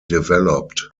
developed